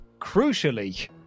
crucially